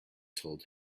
told